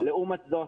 לעומת זאת,